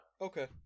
Okay